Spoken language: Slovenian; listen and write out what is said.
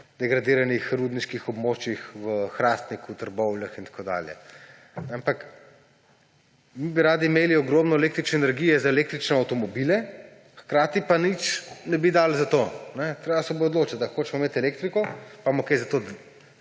degradiranih rudniških območjih v Hrastniku, Trbovljah in tako dalje. Mi bi radi imeli ogromno električne energije za električne avtomobile, hkrati pa nič ne bi dali za to. Treba se bo odločiti, ali hočemo imeti elektriko, ali bomo kaj za to